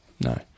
No